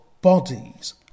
bodies